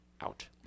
out